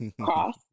cross